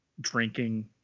Drinking